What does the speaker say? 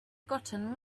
gotten